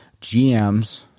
GMs